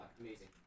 Amazing